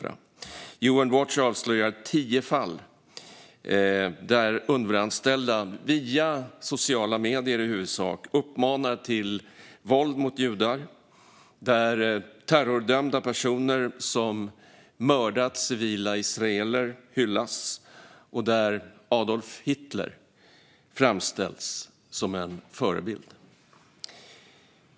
Human Rights Watch avslöjar tio fall där Unrwa-anställda via i huvudsak sociala medier uppmanar till våld mot judar, där terrordömda personer som mördat civila israeler hyllas och där Adolf Hitler framställs som en förebild.